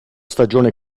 stagione